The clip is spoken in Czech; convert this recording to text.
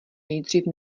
nejdřív